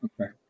Okay